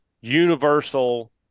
universal